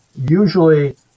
usually